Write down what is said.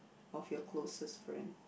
of your closest friend